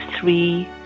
three